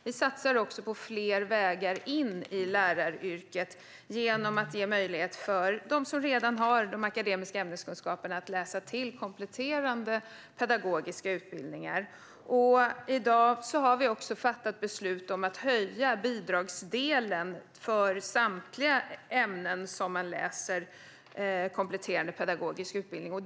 Vi satsar också på fler vägar in i läraryrket genom att ge möjlighet för dem som redan har de akademiska ämneskunskaperna att läsa kompletterande pedagogiska utbildningar. I dag har vi också fattat beslut om att höja bidragsdelen för samtliga ämnen som man läser i en kompletterande pedagogisk utbildning.